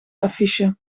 affiche